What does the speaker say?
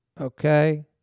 okay